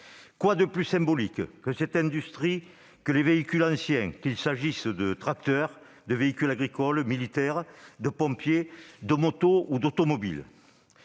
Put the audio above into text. Quoi de plus symbolique de cette industrie que les véhicules anciens, qu'il s'agisse de tracteurs, de véhicules agricoles, militaires et de pompiers, de motos ou d'automobiles ?